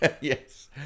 Yes